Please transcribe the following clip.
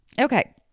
Okay